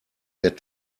get